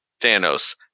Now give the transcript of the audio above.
Thanos